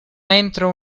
entro